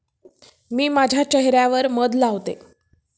मी माझ्या चेह यावर मध लावते